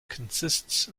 consists